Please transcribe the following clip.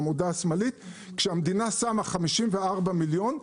כשהמדינה שמה 54 מיליון,